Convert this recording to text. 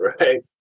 right